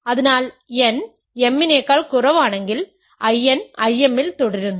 അതിനാൽ n m നേക്കാൾ കുറവാണെങ്കിൽ In Im ൽ തുടരുന്നു